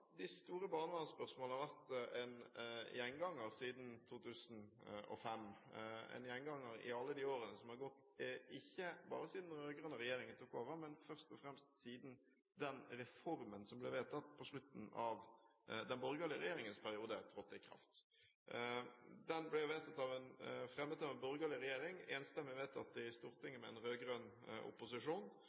de store barnevernsspørsmålene har vært en gjenganger siden 2005, en gjenganger i alle de årene som er gått, ikke bare siden den rød-grønne regjeringen tok over, men først og fremst siden den reformen som ble vedtatt på slutten av den borgerlige regjeringens periode, trådte i kraft. Den ble fremmet av en borgerlig regjering, enstemmig vedtatt i Stortinget, med en rød-grønn opposisjon.